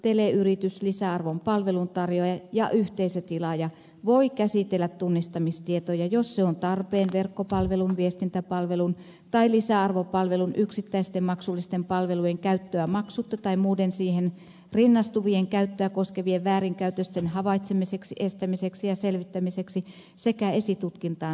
teleyritys lisäarvopalvelun tarjoaja ja yhteisötilaaja voi käsitellä tunnistamistietoja jos se on tarpeen verkkopalvelun viestintäpalvelun tai lisäarvopalvelun yksittäisten maksullisten palvelujen käyttöä maksutta tai muiden siihen rinnastuvien käyttöä koskevien väärinkäytösten havaitsemiseksi estämiseksi ja selvittämiseksi sekä esitutkintaan saattamiseksi